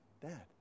Dad